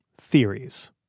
Theories